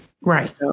Right